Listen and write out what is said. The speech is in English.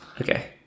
Okay